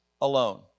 alone